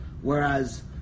Whereas